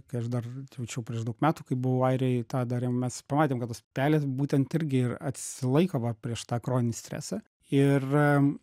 kai aš dar jau čia prieš daug metų kai buvau airijoj tą darėm mes pamatėm kad tos pelės būtent irgi ir atsilaiko va prieš tą kroninį stresą ir